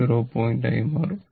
2 ആയി മാറും